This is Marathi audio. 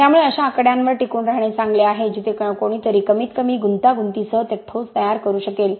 त्यामुळे अशा आकड्यांवर टिकून राहणे चांगले आहे जिथे कोणीतरी कमीत कमी गुंतागुंतीसह ते ठोस तयार करू शकेल